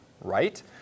right